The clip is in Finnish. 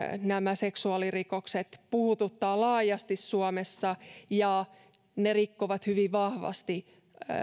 nämä seksuaalirikokset puhututtavat laajasti suomessa ja ne rikkovat hyvin vahvasti